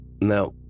Now